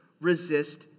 resist